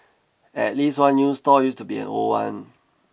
at least one new stall used to be an old one